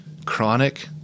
chronic